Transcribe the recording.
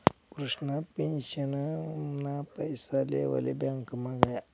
कृष्णा पेंशनना पैसा लेवाले ब्यांकमा गया